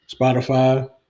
Spotify